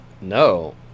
No